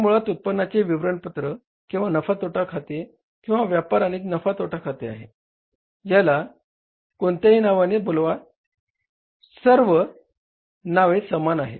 हे मुळात उत्पन्नाचे विवरणपत्र किंवा नफा तोटा खाते किंवा व्यापार आणि नफा तोटा खाते आहे याला कोणत्याही नावाने बोलवा सर्व नावे समान आहेत